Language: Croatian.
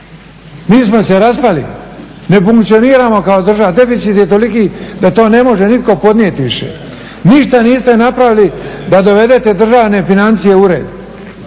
Mi smo se raspali, ne funkcioniramo kao država, deficit je toliki da to ne može nitko podnijeti više. Ništa niste napravili da dovedete državne financije u red.